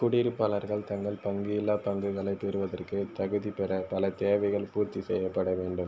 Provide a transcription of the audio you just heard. குடியிருப்பாளர்கள் தங்கள் பங்கிலா பங்குகளைப் பெறுவதற்கு தகுதி பெற பல தேவைகள் பூர்த்தி செய்யப்பட வேண்டும்